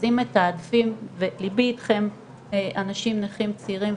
אז לבי איתכם אנשים נכים צעירים,